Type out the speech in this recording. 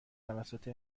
توسط